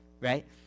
right